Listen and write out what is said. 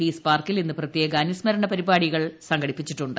piece പാർക്കിൽ ഇന്ന് പ്രത്യേക അനുസ്മരണ പരിപാടികൾ സംഘടിപ്പിച്ചിട്ടുണ്ട്